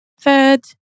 Third